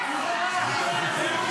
בושה.